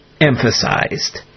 emphasized